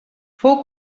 fou